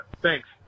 Thanks